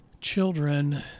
children